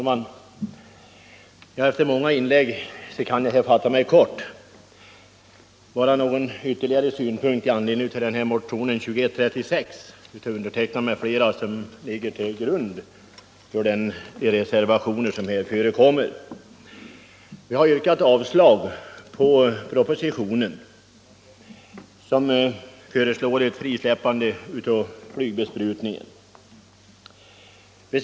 Herr talman! Efter många inlägg kan jag fatta mig kort. Jag vill bara framföra ytterligare någon synpunkt i anledning av motionen 2136 som jag väckt tillsammans med andra ledamöter och som ligger till grund för reservationerna. Vi har yrkat avslag på propositionen om frisläppande av flygbesprutningen.